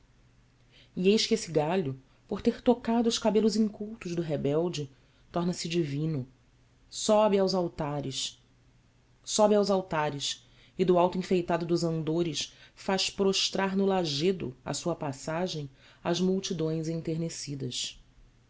eis que esse galho por ter tocado os cabelos incultos do rebelde torna-se divino sobe aos altares e do alto enfeitado dos andores faz prostrar no lajedo à sua passagem as multidões enternecidas